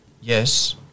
yes